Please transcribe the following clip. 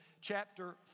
chapter